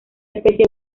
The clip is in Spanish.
especie